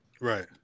Right